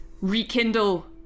rekindle